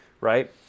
Right